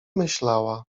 myślała